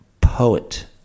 poet